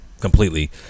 Completely